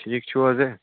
ٹھیٖک چھُو حظ ہے